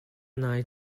nai